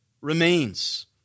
remains